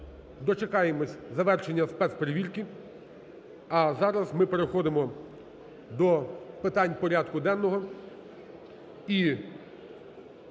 Дочекаємось завершення спецперевірки. А зараз ми переходимо до питань порядку денного.